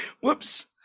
Whoops